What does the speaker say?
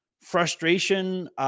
frustration